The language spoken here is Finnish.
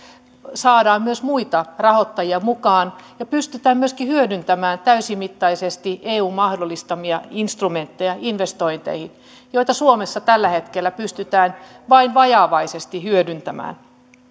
saadaan myös muita rahoittajia mukaan ja pystytään myöskin hyödyntämään täysimittaisesti eun mahdollistamia instrumentteja investointeihin joita suomessa tällä hetkellä pystytään vain vajavaisesti hyödyntämään